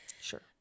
Sure